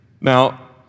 Now